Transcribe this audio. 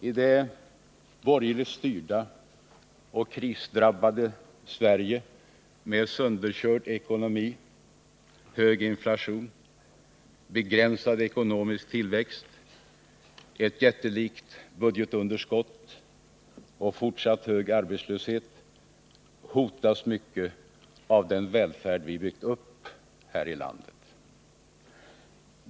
I det borgerligt styrda och krisdrabbade Sverige, med sönderkörd ekonomi, hög inflation, begränsad ekonomisk tillväxt, ett jättelikt budgetunderskott och fortsatt hög arbetslöshet, hotas mycket av den välfärd vi byggt upp här i landet.